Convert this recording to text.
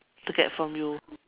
to get from you